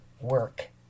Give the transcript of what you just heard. work